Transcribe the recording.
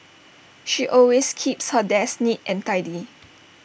she always keeps her desk neat and tidy